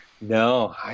No